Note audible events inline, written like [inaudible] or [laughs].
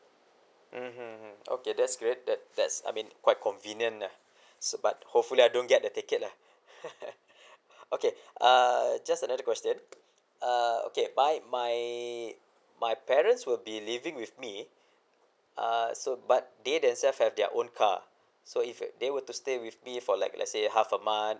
mm mm mm okay that's great that's that's I mean quite convenient ah so but hopefully I don't get the ticket lah [laughs] okay err just another question uh okay but my my parents will be living with me uh so but they themself have their own car so if they were to stay with me for like let's say half a month